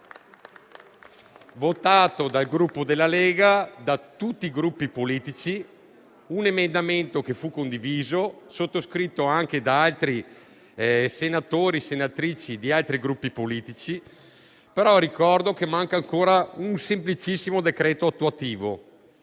votato dal Gruppo della Lega e da tutti i Gruppi politici, condiviso e sottoscritto anche da altri senatori e senatrici di altri Gruppi politici. Ricordo però che manca ancora un semplicissimo decreto attuativo